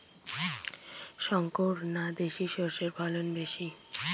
শংকর না দেশি সরষের ফলন বেশী?